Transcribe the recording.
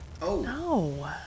No